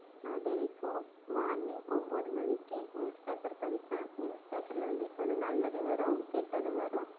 நான் தெனக்கும் மார்னிங் ஒம்பது மணிக்கு நியூஸ் பேப்பர் படிப்பேன் நியூஸ் பேப்பரில் வந்து இப்போ வந்து நல்லதும் வரும் கெட்டதும் வரும்